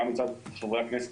גם מצד חברי הכנסת,